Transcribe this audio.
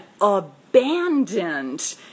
abandoned